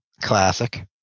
Classic